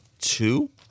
two